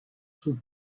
sous